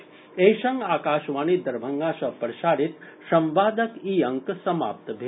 एहि संग आकाशवाणी दरभंगा सँ प्रसारित संवादक ई अंक समाप्त भेल